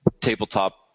tabletop